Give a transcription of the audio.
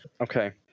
Okay